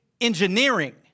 engineering